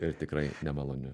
ir tikrai nemaloniu